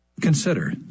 Consider